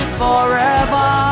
forever